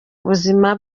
buzima